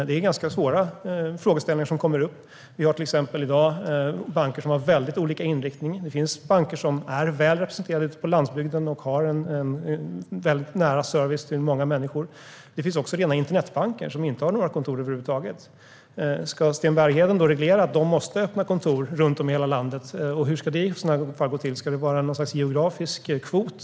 Det är ganska svåra frågeställningar som kommer upp. Till exempel har vi i dag banker med väldigt olika inriktning - det finns banker som är väl representerade ute på landsbygden och har en nära service till många människor, men det finns också rena internetbanker som inte har några kontor över huvud taget. Ska Sten Bergheden reglera att de måste öppna kontor runt om i hela landet, och hur ska detta i så fall gå till? Ska man uppfylla någon sorts geografisk kvot?